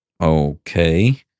Okay